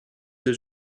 der